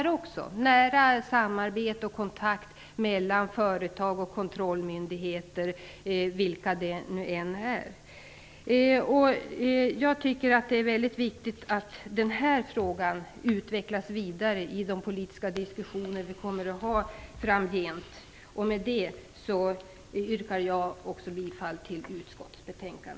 Det bör bedrivas ett nära samarbete och upprätthållas kontakt mellan företag och kontrollmyndigheter. Det är mycket viktigt att denna fråga utvecklas vidare i de politiska diskussioner som vi kommer att föra framgent. Också jag yrkar bifall till utskottets hemställan